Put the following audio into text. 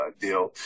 deal